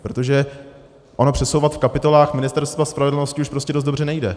Protože ono přesouvat v kapitolách Ministerstva spravedlnosti už prostě dost dobře nejde.